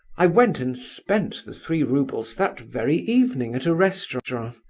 i went and spent the three roubles that very evening at a restaurant.